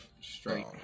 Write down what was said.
Straight